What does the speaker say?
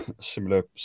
similar